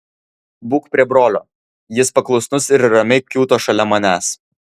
būk prie brolio jis paklusnus ir ramiai kiūto šalia manęs